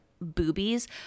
boobies